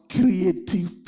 creative